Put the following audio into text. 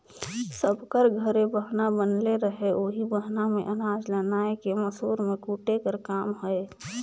सब कर घरे बहना बनले रहें ओही बहना मे अनाज ल नाए के मूसर मे कूटे कर काम होए